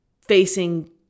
facing